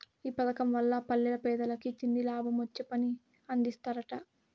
ఈ పదకం వల్ల పల్లెల్ల పేదలకి తిండి, లాభమొచ్చే పని అందిస్తరట